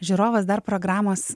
žiūrovas dar programos